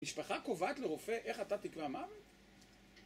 משפחה קובעת לרופא איך אתה תקבע מה?